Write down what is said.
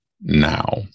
now